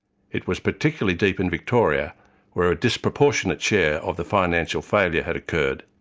it was particularly deep in victoria where a disproportionate share of the financial failure had occurred.